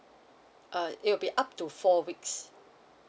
uh it will be up to four weeks